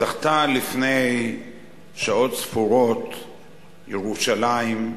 זכתה לפני שעות ספורות ירושלים,